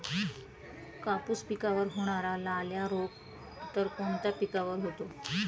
कापूस पिकावर होणारा लाल्या रोग इतर कोणत्या पिकावर होतो?